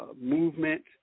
movement